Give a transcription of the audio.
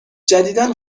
جدیدا